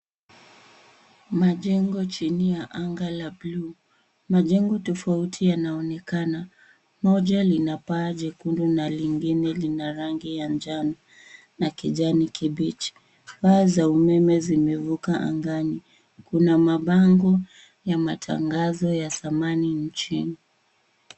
Majengo chini ya anga la buluu. Majengo tofauti yanaonekana. Moja lina paa jekundu na lingine lina rangi ya njano na kijani kibichi. Paa za umeme zimevuka angani. Kuna mabango ya matangazo ya samani nchini.